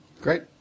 Great